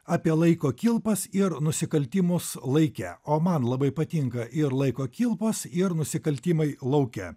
apie laiko kilpas ir nusikaltimus laike o man labai patinka ir laiko kilpos ir nusikaltimai lauke